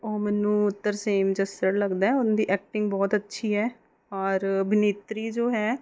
ਉਹ ਮੈਨੂੰ ਤਰਸੇਮ ਜੱਸੜ ਲੱਗਦਾ ਉਹਦੀ ਐਕਟਿੰਗ ਬਹੁਤ ਅੱਛੀ ਹੈ ਔਰ ਅਭਿਨੇਤਰੀ ਜੋ ਹੈ